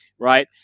right